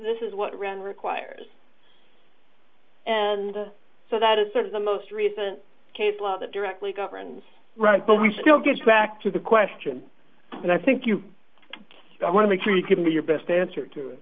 this is what ren requires and so that is sort of the most recent case law that directly governs right but we still get back to the question and i think you want to make sure you can do your best answer to it